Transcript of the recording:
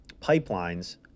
pipelines